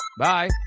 Bye